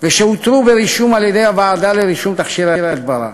ושאותרו ברישום על-ידי הוועדה לרישום תכשירי הדברה.